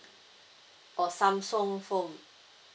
or Samsung phone